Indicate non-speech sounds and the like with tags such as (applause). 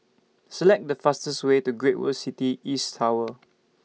Select The fastest Way to Great World City East Tower (noise)